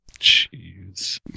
Jeez